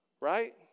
Right